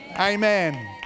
Amen